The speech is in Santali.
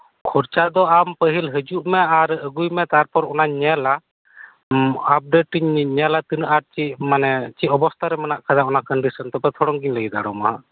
ᱠᱷᱚᱨᱪᱟ ᱫᱚ ᱟᱢ ᱯᱟᱹᱦᱤᱞ ᱦᱤᱡᱩᱜ ᱢᱮ ᱟᱨ ᱟᱹᱜᱩᱭᱢᱮ ᱛᱟᱨᱯᱚᱨ ᱚᱱᱟᱧ ᱧᱮᱞᱟ ᱟᱯᱰᱮᱴ ᱤᱧ ᱧᱮᱞᱟ ᱛᱤᱱᱟᱹᱜ ᱟᱴ ᱪᱮᱫ ᱢᱟᱱᱮ ᱪᱮᱫ ᱚᱵᱚᱥᱛᱟ ᱨᱮ ᱢᱮᱱᱟᱜ ᱟᱠᱟᱫᱟ ᱚᱱᱟ ᱠᱚᱱᱰᱤᱥᱚᱱ ᱛᱚᱵᱮ ᱛᱷᱚᱲᱚᱝ ᱤᱧ ᱞᱟᱹᱭ ᱫᱟᱲᱮᱭᱟᱢᱟ